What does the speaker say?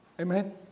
Amen